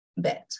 bit